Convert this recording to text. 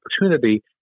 opportunity